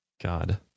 God